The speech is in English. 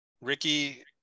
Ricky